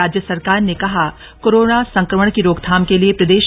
राज्य सरकार ने कहा कोरोना संक्रमण की रोकथाम के लिए प्रदे